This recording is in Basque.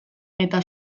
eta